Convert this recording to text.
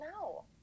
No